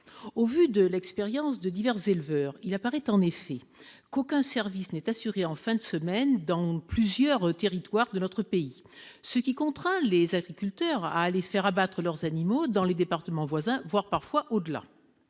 Au vu de l'expérience de divers éleveurs, il apparaît en effet qu'aucun service n'est assuré en fin de semaine dans plusieurs territoires de notre pays, ce qui contraint les agriculteurs à aller faire abattre leurs animaux dans les départements voisins, voire parfois au-delà.